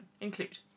include